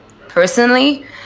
Personally